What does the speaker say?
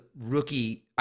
rookie